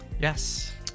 yes